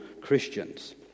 Christians